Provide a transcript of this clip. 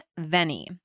Venny